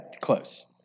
close